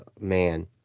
man